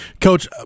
coach